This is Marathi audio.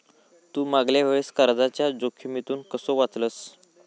तू मागल्या वेळेस कर्जाच्या जोखमीतून कसो वाचलस